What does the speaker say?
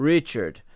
Richard